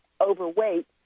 overweight